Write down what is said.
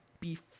beef